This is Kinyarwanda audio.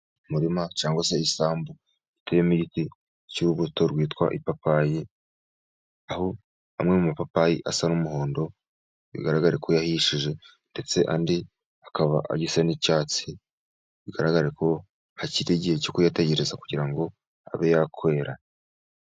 Umurima cyangwa se isambu irimo igiti cy'urubuto rwitwa ipapayi, aho amwe mu mapapayi asa n'umuhondo bigaragare ko yahishije, ndetse andi akaba agisa n'icyatsi bigaragare ko hakiri igihe cyo kuyategereza, kugira ngo abe yakwera.